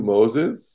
Moses